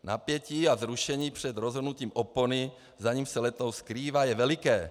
Napětí a vzrušení před rozhrnutím opony, za níž se letoun skrývá, je veliké.